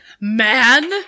Man